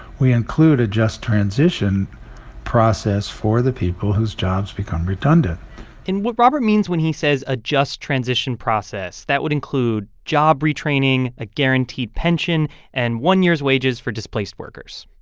we include a just transition process for the people whose jobs become redundant and what robert means when he says a just transition process that would include job retraining, a guaranteed pension and one year's wages for displaced workers.